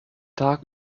tag